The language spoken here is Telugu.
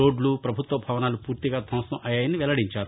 రోడ్లు పభుత్వ వనాలు పూర్తిగా ధ్వంసం అయ్యాయని వెల్లడించారు